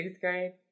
grade